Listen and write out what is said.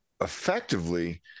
effectively